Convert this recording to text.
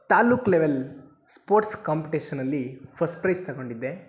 taluk level sports ಕಾಂಪಿಟೇಷನಲ್ಲಿ first prize ತಗೊಂಡಿದ್ದೆ